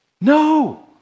No